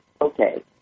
okay